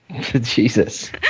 Jesus